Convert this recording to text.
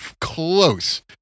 close